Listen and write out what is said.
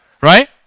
Right